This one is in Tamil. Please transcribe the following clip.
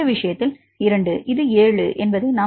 இந்த விஷயத்தில் 2 இது 7 என்பதை நாம் காணலாம்